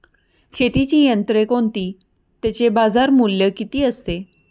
शेतीची यंत्रे कोणती? त्याचे बाजारमूल्य किती असते?